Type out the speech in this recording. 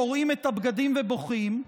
קורעים את הבגדים ובוכים,